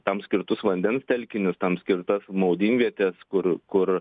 tam skirtus vandens telkinius tam skirtas maudynivietes kur kur